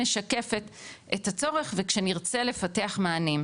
משקפת את הצורך וכשנרצה לפתח מענים,